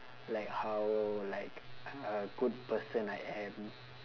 like how like a good person I am